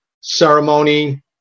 ceremony